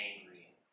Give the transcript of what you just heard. angry